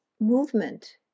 movement